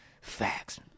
Facts